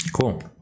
Cool